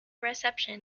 reception